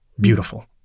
beautiful